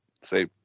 say